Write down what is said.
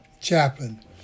chaplain